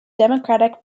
democratic